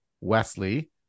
Wesley